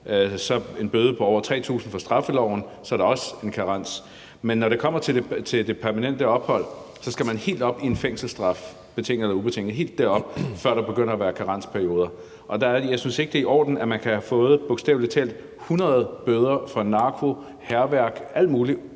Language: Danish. er der også en karens. Men når det kommer til det permanente ophold, skal man helt op i en fængselsstraf – betinget eller ubetinget – før der begynder at være karensperioder. Der er det, jeg ikke synes, det er i orden, at man kan have fået bogstavelig talt 100 bøder for narko, hærværk, alt muligt,